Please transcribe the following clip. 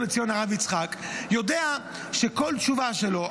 לציון הרב יצחק יודע שכל תשובה שלו,